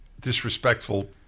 disrespectful